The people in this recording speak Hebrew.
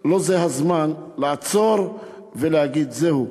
לא זה הזמן לעצור ולהגיד: זהו,